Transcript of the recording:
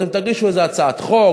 אתם תגישו איזה הצעת חוק,